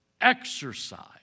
exercise